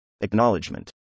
Acknowledgement